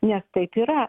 nes taip yra